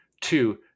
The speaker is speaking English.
two